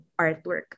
artwork